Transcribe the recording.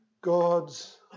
God's